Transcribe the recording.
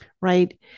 right